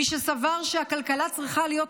מי שסבר שהכלכלה צריכה להיות "חופשית"